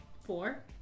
Four